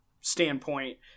standpoint